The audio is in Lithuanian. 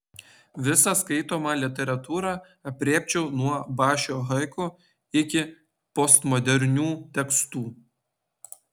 visą skaitomą literatūrą aprėpčiau nuo bašio haiku iki postmodernių tekstų